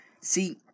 See